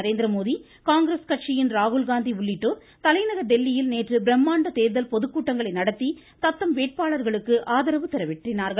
நரேந்திரமோடி காங்கிரஸ் கட்சியின் ராகுல் காந்தி உள்ளிட்டோர் தலைநகர் டெல்லியில் நேற்று பிரம்மாண்ட தேர்தல் பொதுக்கூட்டங்களை நடத்தி தத்தம் வேட்பாளர்களுக்கு ஆதரவு திரட்டினார்கள்